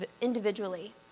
individually